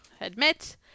admit